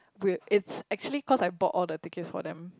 with it's actually cause I bought all the tickets for them